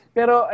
Pero